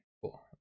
cool